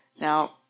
Now